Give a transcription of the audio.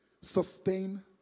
sustain